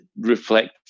reflect